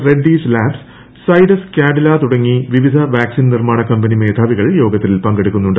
Reddy's labs Zydus Cadila തുടങ്ങി വിവിധ vaccine നിർമാണ കമ്പനി മേധാവികൾ യോഗത്തിൽ ർ പങ്കെടുക്കുന്നുണ്ട്